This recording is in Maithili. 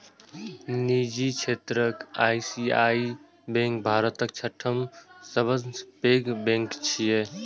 निजी क्षेत्रक आई.सी.आई.सी.आई बैंक भारतक छठम सबसं पैघ बैंक छियै